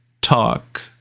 talk